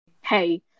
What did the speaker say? Hey